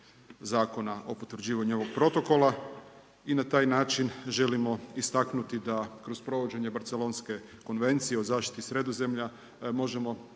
Zakona o potvrđivanju ovog Protokola i na taj način želimo istaknuti da kroz provođenje Barcelonske konvencije o zaštiti Sredozemlja možemo